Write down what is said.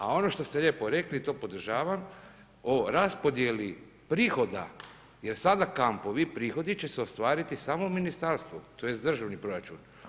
A ono što ste lijepo rekli, to podržavam o raspodjeli prihoda jer sada kampovi, prihodi će se ostvariti samo u ministarstvu, tj. državni proračun.